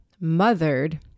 mothered